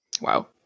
Wow